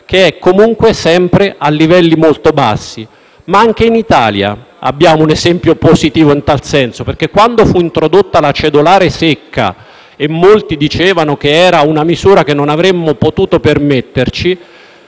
che è comunque a livelli molto bassi. Anche in Italia abbiamo un esempio positivo in tal senso, perché quando fu introdotta la cedolare secca molti dicevano che era una misura che non avremmo potuto per metterci,